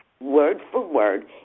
word-for-word